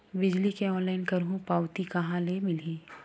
बिजली के ऑनलाइन करहु पावती कहां ले मिलही?